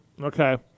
Okay